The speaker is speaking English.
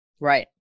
Right